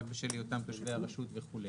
רק בשל היותם תושבי הרשות וכו',